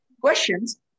questions